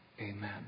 Amen